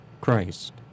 Christ